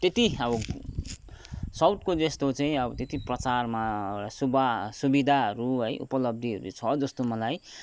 त्यति अब साउथको जस्तो चाहिँ त्यति प्रचारमा सुविधाहरू है उपलब्धिहरू छ जस्तो मलाई